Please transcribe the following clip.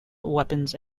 weapons